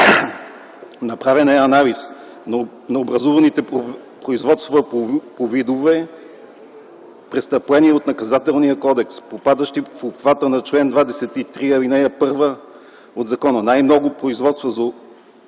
Направен е анализ на образуваните производства по видове престъпления от Наказателния кодекс, попадащи в обхвата на чл. 32, ал. 1 от ЗОПДИППД: най-много производства са